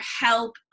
help